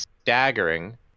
staggering